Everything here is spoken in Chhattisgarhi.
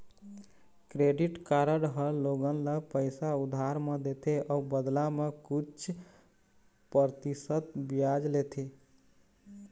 क्रेडिट कारड ह लोगन ल पइसा उधार म देथे अउ बदला म कुछ परतिसत बियाज लेथे